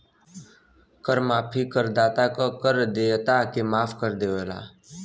कर माफी करदाता क कर देयता के माफ कर देवला